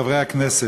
חברי הכנסת,